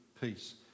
peace